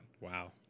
Wow